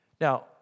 Now